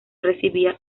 recibía